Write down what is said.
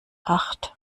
acht